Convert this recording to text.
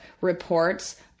reports